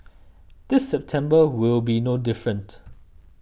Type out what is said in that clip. this September will be no different